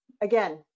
Again